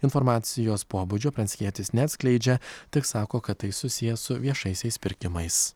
informacijos pobūdžio pranckietis neatskleidžia tik sako kad tai susiję su viešaisiais pirkimais